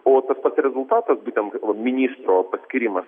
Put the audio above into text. o tas pats rezultatas būtent ministro paskyrimas